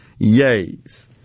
yays